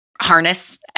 harness